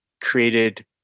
created